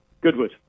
Goodwood